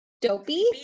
dopey